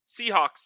Seahawks